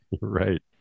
Right